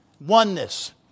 oneness